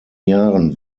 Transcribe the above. jahren